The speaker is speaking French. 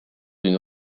d’une